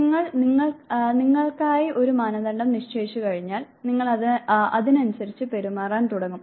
നിങ്ങൾ നിങ്ങൾക്കായി ഒരു മാനദണ്ഡം നിശ്ചയിച്ചുകഴിഞ്ഞാൽ നിങ്ങൾ അതിനനുസരിച്ച് പെരുമാറാൻ തുടങ്ങും